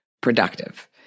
productive